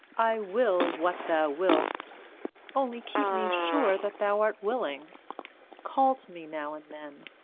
i will what thou will'st only keep me sure that thou art willing call to me now and then.